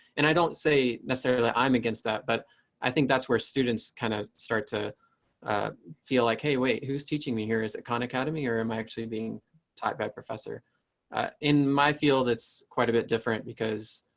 and i don't say necessarily i'm against that, but i think that's where students kind of start to feel like, hey, wait, who's teaching me here is khan academy or am i actually being taught by professor in my field? it's quite a bit different because.